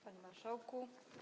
Panie Marszałku!